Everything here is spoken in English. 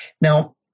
Now